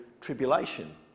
tribulation